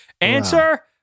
Answer